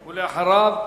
ואחריו,